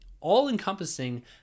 all-encompassing